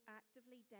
actively